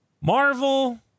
Marvel